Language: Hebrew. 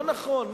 לא נכון,